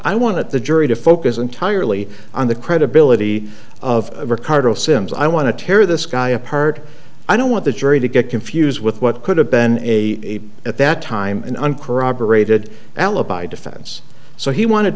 i want the jury to focus entirely on the credibility of ricardo simms i want to tear this guy apart i don't want the jury to get confused with what could have been a at that time and uncorroborated alibi defense so he wanted